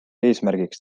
eesmärgiks